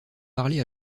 parler